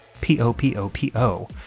P-O-P-O-P-O